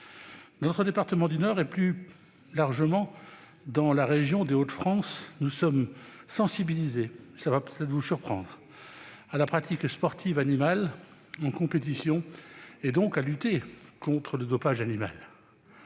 notre département du Nord, et plus largement dans la région des Hauts-de-France, nous sommes sensibilisés- cela vous surprendra peut-être -à la pratique sportive animale en compétitions et, donc, à la lutte contre le dopage animal.